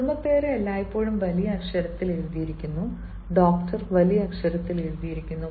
കുടുംബപ്പേര് എല്ലായ്പ്പോഴും വലിയ അക്ഷരത്തിൽ എഴുതിയിരിക്കുന്നു ഡോക്ടർ വലിയ അക്ഷരത്തിൽ എഴുതിയിരിക്കുന്നു